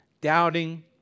doubting